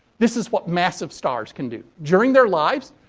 this is what massive stars can do. during their lives,